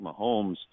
Mahomes